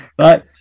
right